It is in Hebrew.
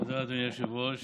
תודה, אדוני היושב-ראש.